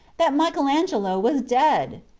that michael angelo was dead!